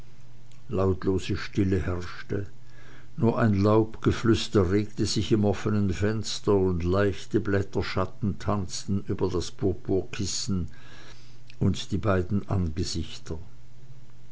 lautlose stille herrschte nur ein laubgeflüster regte sich im offenen fenster und leichte blätterschatten tanzten über das purpurkissen und die beiden angesichter